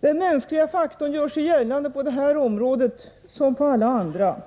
Den mänskliga faktorn gör sig gällande på detta område liksom på alla andra,